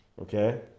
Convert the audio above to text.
Okay